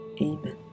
Amen